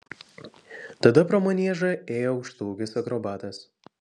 tada pro maniežą ėjo aukštaūgis akrobatas